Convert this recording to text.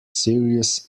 serious